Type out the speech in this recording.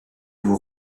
vous